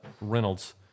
Reynolds